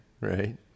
right